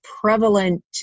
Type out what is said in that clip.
prevalent